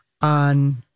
on